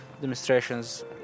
demonstrations